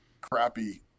crappy